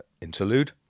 interlude